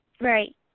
Right